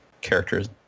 characters